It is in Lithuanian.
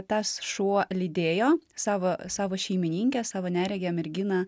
tas šuo lydėjo savo savo šeimininkę savo neregę merginą